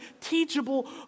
teachable